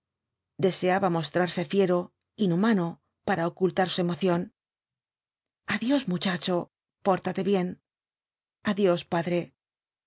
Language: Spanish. deseaba mostrarse fiero inhumano para ocultar su emoción adiós muchachol pórtate bien adiós padre